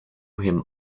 him